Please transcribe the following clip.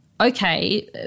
okay